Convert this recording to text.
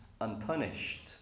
unpunished